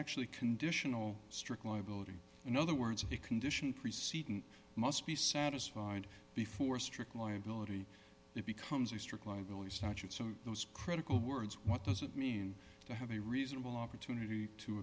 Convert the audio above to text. actually conditional strict liability in other words a condition preceding must be satisfied before strict liability it becomes a strict liability statute so those critical words what does it mean to have a reasonable opportunity to